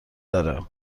داره